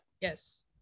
yes